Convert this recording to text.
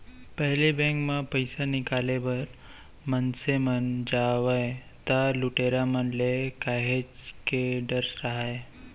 पहिली बेंक म पइसा निकाले बर मनसे मन जावय त लुटेरा मन ले काहेच के डर राहय